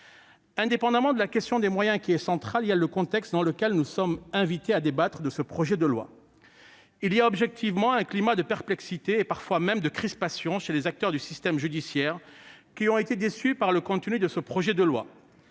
Indépendamment de la question des moyens, qui est centrale, il y a le contexte dans lequel nous sommes invités à débattre de ce projet de loi. Il règne objectivement un climat de perplexité, voire de crispation, chez les acteurs du système judiciaire, qui ont été déçus par le contenu de ce projet de loi.